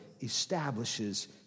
establishes